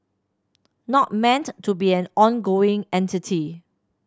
not meant to be an ongoing entity